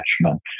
attachment